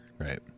Right